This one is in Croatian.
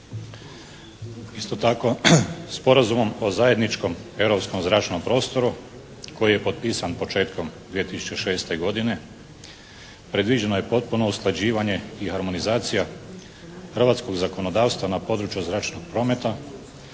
Isto tako Sporazumom o zajedničkom europskom zračnom prostoru koji je potpisan početkom 2006. godine predviđeno je potpuno usklađivanje i harmonizacija hrvatskog zakonodavstva na području zračnog prometa